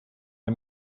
der